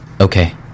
Okay